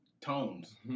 tones